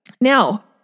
Now